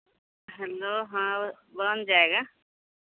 hello हाँ बन जाएगा